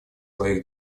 своих